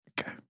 Okay